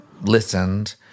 listened